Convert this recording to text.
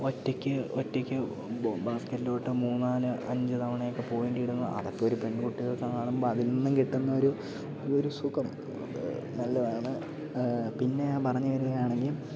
ഒറ്റക്ക് ഒറ്റക്ക് ബാസ്കറ്റിലോട്ട് മൂന്നാല് അഞ്ച് തവണയൊക്കെ പോയിറ്റിടുന്നു അതൊക്കൊരു പെൺകുട്ടികൾ ഒക്കെ കാണുമ്പം അതിൽ നിന്നും കിട്ടുന്നൊരു ഒരു സുഖം നല്ലതാണ് പിന്നെ ഞാൻ പറഞ്ഞു വരികയാണങ്കിൽ